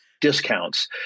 discounts